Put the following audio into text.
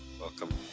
Welcome